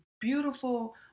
beautiful